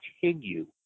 continue